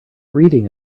reading